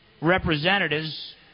representatives